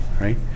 right